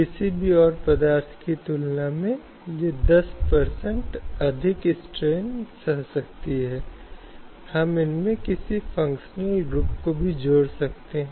हालाँकि कार्यबल में महिलाओं के अतिक्रमण के साथ ही हमारे पास अर्थव्यवस्था के विभिन्न क्षेत्रों में आने वाली महिलाओं की संख्या अधिक है